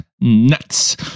nuts